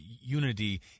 Unity